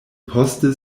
poste